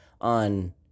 on